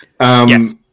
Yes